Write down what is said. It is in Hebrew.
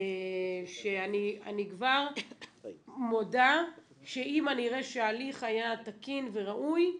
שאני כבר מודה שאם אני אראה שההליך היה תקין וראוי,